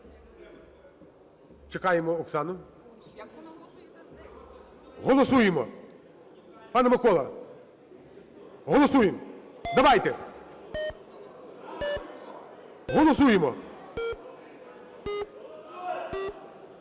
Чекаємо Оксану. Голосуємо. Пане Микола, голосуємо. Давайте, голосуємо.